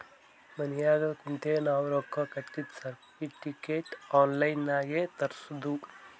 ಮನ್ಯಾಗ ಕುಂತೆ ನಾವ್ ರೊಕ್ಕಾ ಕಟ್ಟಿದ್ದ ಸರ್ಟಿಫಿಕೇಟ್ ಆನ್ಲೈನ್ ನಾಗೆ ತೋರಸ್ತುದ್